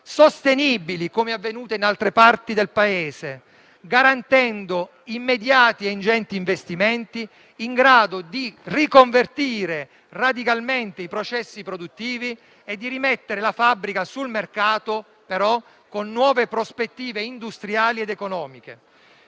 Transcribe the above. sostenibili, come avvenuto in altre parti del Paese, garantendo immediati e ingenti investimenti in grado di riconvertire radicalmente i processi produttivi e di rimettere la fabbrica sul mercato, ma con nuove prospettive industriali ed economiche.